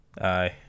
aye